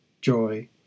joy